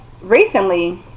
recently